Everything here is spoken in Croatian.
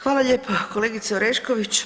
Hvala lijepo kolegice Orešković.